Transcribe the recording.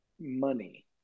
money